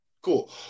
Cool